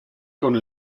con